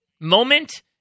moment